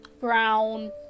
brown